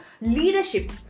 leadership